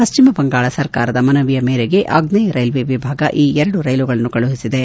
ಪಶ್ಚಿಮಬಂಗಾಳ ಸರ್ಕಾರದ ಮನವಿ ಮೇರೆಗೆ ಆಗ್ನೇಯ ರೈಲ್ವೆ ವಿಭಾಗ ಈ ಎರಡು ರೈಲುಗಳನ್ನು ಕಳುಹಿಸಿದೆ